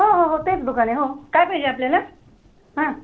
हो हो हो तेच दुकान आहे हो काय पाहिजे आपल्याला हां